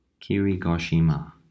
Kirigoshima